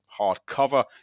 hardcover